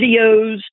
videos